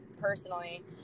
personally